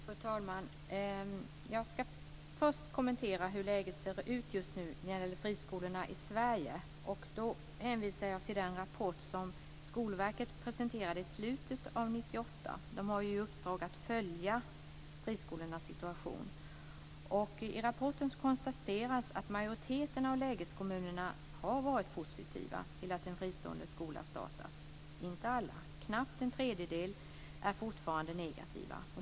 Fru talman! Jag skall först kommentera hur läget ser ut just nu när det gäller friskolorna i Sverige. Då hänvisar jag till den rapport som Skolverket presenterade i slutet av 1998. De har ju i uppdrag att följa friskolornas situation. I rapporten konstateras att majoriteten av lägeskommunerna har varit positiva till att en fristående skola startas, men det gäller inte alla. Knappt en tredjedel är fortfarande negativa.